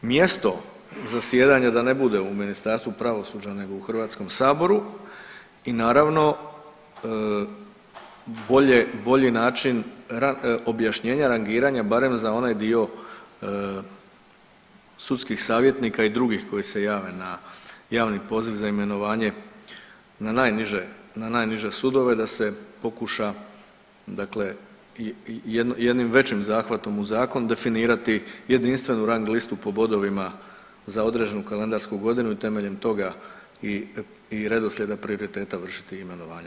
Mjesto zasjedanja da ne bude u Ministarstvu pravosuđa nego u Hrvatskom saboru i naravno bolji, bolji način objašnjenja rangiranja barem za onaj dio sudskih savjetnika i drugih koji se jave na javni poziv za imenovanje na najniže, na najniže sudove da se pokuša dakle jednim većim zahvatom u zakon definirati jedinstvenu rang listu po bodovima za određenu kalendarsku godinu i temeljem toga i redoslijeda prioriteta vršiti imenovanja.